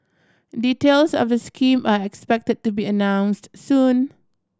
details of the scheme are expected to be announced soon